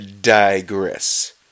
digress